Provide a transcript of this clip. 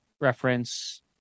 reference